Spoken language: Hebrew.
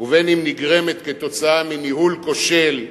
ואם נגרמת מניהול כושל,